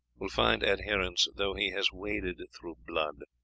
will find adherents though he has waded through blood.